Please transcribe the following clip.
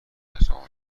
اطرافمو